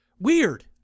Weird